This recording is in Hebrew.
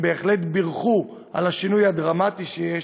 הם בהחלט בירכו על השינוי הדרמטי שיש.